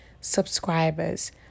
subscribers